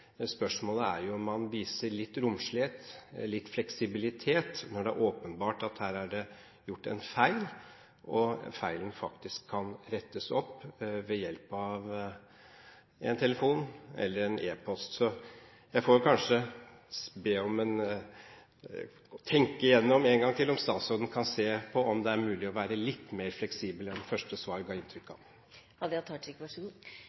spørsmålet er om man kan vise litt romslighet, litt fleksibilitet, når det er åpenbart at det her er gjort en feil, og når feilen faktisk kan rettes opp ved hjelp av en telefon eller en e-post. Så jeg får kanskje be statsråden tenke igjennom en gang til om hun kan se om det er mulig å være litt mer fleksibel enn det første svaret ga inntrykk